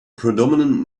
predominant